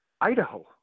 Idaho